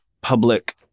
public